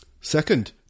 Second